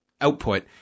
output